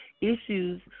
issues